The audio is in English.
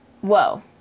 whoa